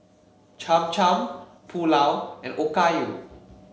Cham Cham Pulao and Okayu